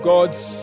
God's